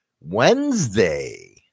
Wednesday